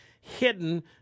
hidden